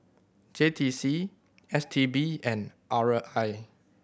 J T C S T B and R I